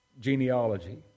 genealogy